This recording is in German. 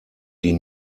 die